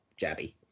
jabby